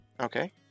Okay